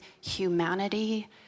humanity